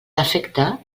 efecte